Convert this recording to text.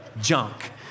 junk